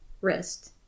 wrist